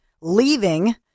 leaving